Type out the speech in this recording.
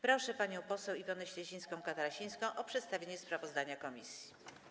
Proszę panią poseł Iwonę Śledzińską-Katarasińską o przedstawienie sprawozdania komisji.